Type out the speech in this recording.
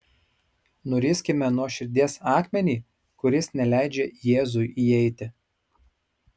nuriskime nuo širdies akmenį kuris neleidžia jėzui įeiti